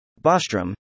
Bostrom